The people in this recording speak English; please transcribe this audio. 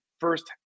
first